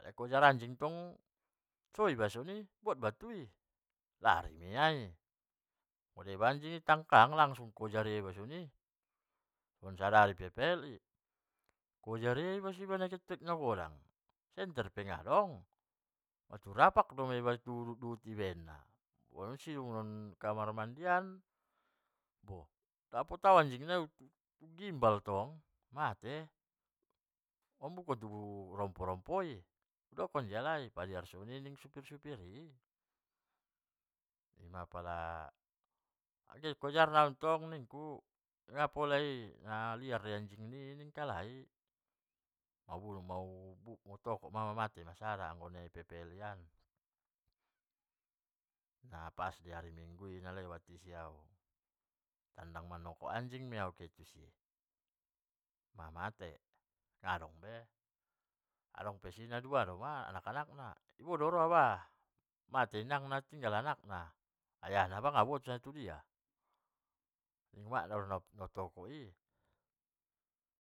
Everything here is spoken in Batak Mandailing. Kojar anjing tong, so iba soni, buat batu i, lari maia i, muda deba anjing i tangkang langsung kojar ia iba soni, on sadari dope di ppl i, kojar ia iba so nagiot tu aek nagodang, senter pe nadong, maturapak doma iba tu duhut-duhut i di baenna, wanon sidung sian kamar mandi an, bo dapot au anjing nai u gimbal tong, mate, u ambukko tu rompot-rompot i, udokkon dihalai, padiar soni ning supir-supir i, ima pala anggoi ingkojar na au tong nikku, napalai na liar doi anjing ni i ningkalai, nabulang mau buk u toko ma mamate sada anggo nai ppl i harambo, nah pas di hari minggu i na lewat i isi au, tandang manoko anjing ma au tusi, mamate, nadong be adong pe isi na dua doma anak anak na, dua do au ro ba, mate inang na tinggal anak na, ayak na nang uboto sanga tudia, umak na do na u toko i.